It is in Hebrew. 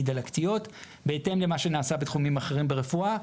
דלקתיות בהתאם למה שנעשה בתחומים אחרים ברפואה,